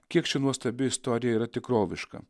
kiek ši nuostabi istorija yra tikroviška